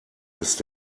ist